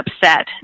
upset